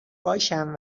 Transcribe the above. باشم